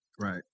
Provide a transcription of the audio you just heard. Right